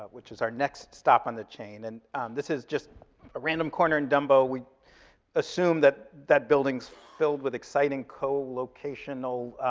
which is our next stop on the chain. and this is just a random corner in dumbo. we assume that that building's filled with exciting co-locational